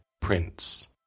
prince